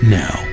now